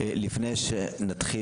לפני שנתחיל,